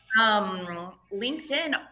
LinkedIn